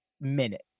minute